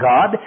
God